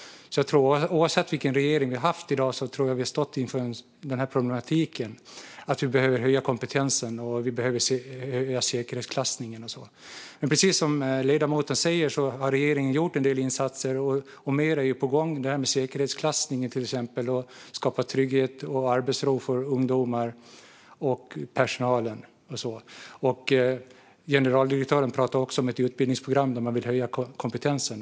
Oavsett vilken regering vi hade haft i dag skulle vi ha stått inför samma problematik. Vi behöver höja kompetensen och säkerhetsklassningen. Precis som ledamoten säger har regeringen gjort en del insatser, och mer är på gång, till exempel säkerhetsklassningen och att skapa trygghet och arbetsro för ungdomar och personal. Generaldirektören talar dessutom om ett utbildningsprogram genom vilket man vill höja kompetensen.